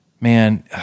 man